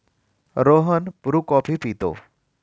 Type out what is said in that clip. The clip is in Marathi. रोहन ब्रू कॉफी पितो